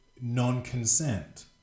non-consent